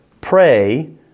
pray